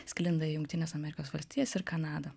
sklinda į jungtines amerikos valstijas ir kanadą